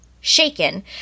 Shaken